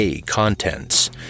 Contents